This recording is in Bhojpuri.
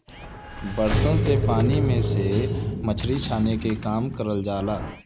बर्तन से पानी में से मछरी छाने के काम करल जाला